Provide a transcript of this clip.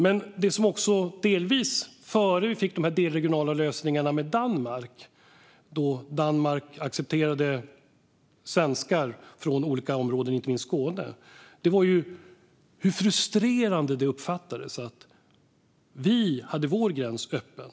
Innan vi fick de delregionala lösningarna med Danmark, då Danmark accepterade svenskar från olika områden, inte minst Skåne, uppfattades det som frustrerande att vi hade vår gräns öppen.